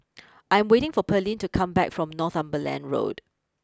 I'm waiting for Pearlene to come back from Northumberland Road